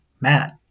matt